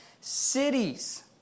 cities